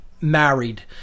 married